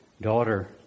daughter